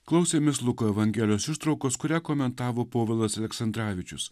klausėmės luko evangelijos ištraukos kurią komentavo povilas aleksandravičius